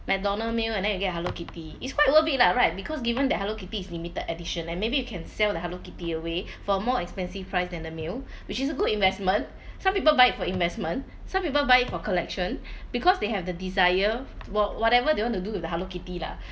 McDonald's meal and then you get hello kitty it's quite worth it lah right because given that hello kitty is limited edition and maybe you can sell the hello kitty away for more expensive price than the meal which is a good investment some people buy it for investment some people buy it for collection because they have the desire what whatever they want to do with the hello kitty lah